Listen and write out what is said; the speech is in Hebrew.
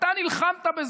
אתה נלחמת בזה.